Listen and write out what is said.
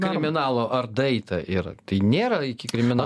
kriminalo ar daeita yra tai nėra iki kriminalo